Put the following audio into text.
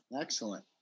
Excellent